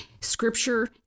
Scripture